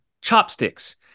chopsticks